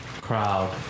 crowd